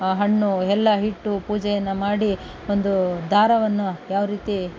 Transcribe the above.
ಹಣ್ಣು ಎಲ್ಲ ಇಟ್ಟು ಪೂಜೆಯನ್ನು ಮಾಡಿ ಒಂದು ದಾರವನ್ನು ಯಾವ ರೀತಿ